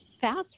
fast